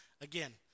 again